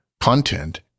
content